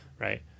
Right